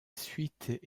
suite